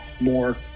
more